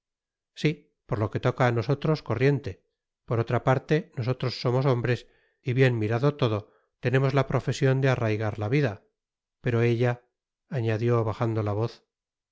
si por lo que toca á nosotros corriente por otra parte nosotros somos hombres y bien mirado todo tenemos la profesion de arriesgar la vida pero ella añadió bajando la voz